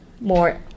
more